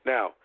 Now